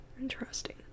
interesting